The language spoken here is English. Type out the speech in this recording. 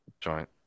joint